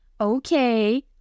okay